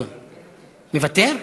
מוותר.